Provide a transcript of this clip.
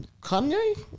Kanye